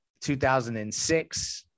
2006